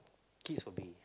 kids will be